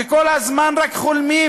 וכל הזמן רק חולמים